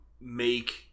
make